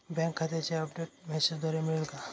Bank खात्याचे update मेसेजद्वारे मिळेल का?